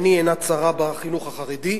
עיני אינה צרה בחינוך החרדי.